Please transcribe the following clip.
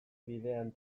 bidean